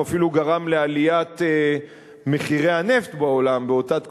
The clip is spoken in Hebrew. הוא אפילו גרם לעליית מחירי הנפט בעולם באותה תקופה,